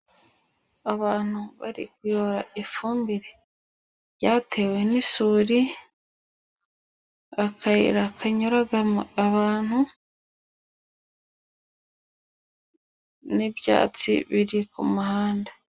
Abantu bari kuyora ifumbire yatewe n'isuri, akayira kanyuramo abantu n'ibyatsi biri ku muhanda.